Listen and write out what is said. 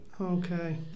Okay